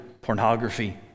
pornography